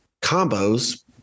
combos